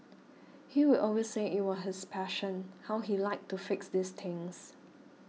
he will always say it was his passion how he liked to fix these things